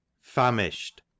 Famished